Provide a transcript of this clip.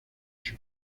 ello